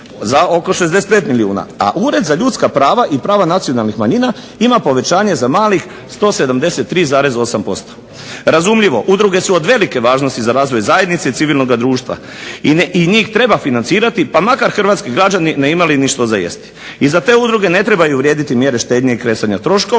za oko 65 milijuna, a Ured za ljudska prava i prava nacionalnih manjina ima povećanje za malih 173,8% Razumljivo udruge su od velike važnosti za razvoj zajednice i civilnoga društva i njih treba financirati, pa makar hrvatski građani ne imali ni što za jesti. I za te udruge ne trebaju vrijediti mjere štednje i kresanja troškova,